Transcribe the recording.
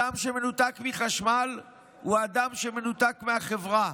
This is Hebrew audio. אדם שמנותק מחשמל הוא אדם שמנותק מהחברה.